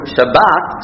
Shabbat